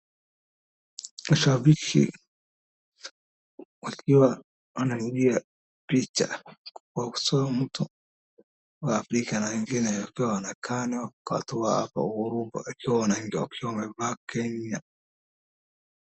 Shabiki wakiwa wanaingia picha kwa kusoma mtu wanawapiga na ingine wakiwa wanakanwa wako tu hapo wakiwa wengi wamevaa Kenya.